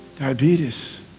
Diabetes